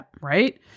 Right